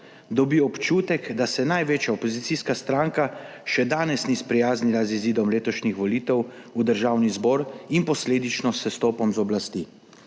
dobi občutek, da se največja opozicijska stranka še danes ni sprijaznila z izidom letošnjih volitev v Državni zbor in posledično s sestopom z oblasti.